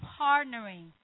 partnering